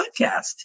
podcast